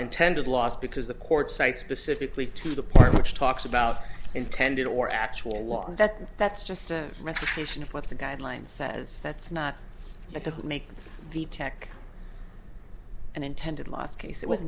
intended laws because the courts cite specifically to the part which talks about intended or actual law that that's just a recitation of what the guideline says that's not that doesn't make the tech and intended last case it was